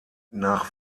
nach